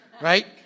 Right